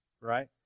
right